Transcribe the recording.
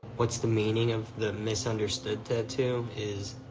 what's the meaning of the misunderstood tattoo is